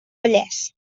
vallès